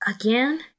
again